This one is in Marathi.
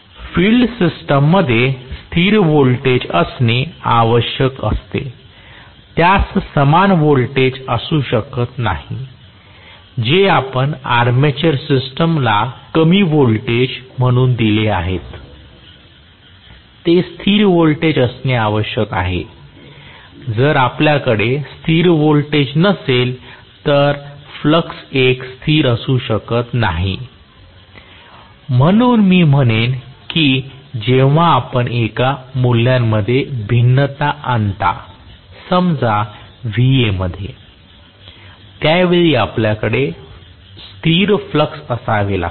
फील्ड सिस्टममध्ये स्थिर व्होल्टेज असणे आवश्यक असते त्यास समान व्होल्टेज असू शकत नाहीत जे आपण आर्मेचर सिस्टमला कमी व्होल्टेज म्हणून दिले आहेत ते स्थिर व्होल्टेज असणे आवश्यक आहे जर आपल्याकडे स्थिर व्होल्टेज नसेल तर फ्लक्स एक स्थिर असू शकत नाही म्हणून मी म्हणेन की जेव्हा आपण एका मूल्यांमध्ये भिन्नता आणता समजा Va मध्ये त्या वेळी आपल्याकडे स्थिर फ्लक्स असावे लागते